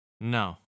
No